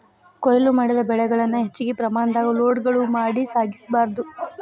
ಕೋಯ್ಲು ಮಾಡಿದ ಬೆಳೆಗಳನ್ನ ಹೆಚ್ಚಿನ ಪ್ರಮಾಣದಾಗ ಲೋಡ್ಗಳು ಮಾಡಿ ಸಾಗಿಸ ಬಾರ್ದು